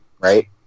Right